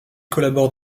collabore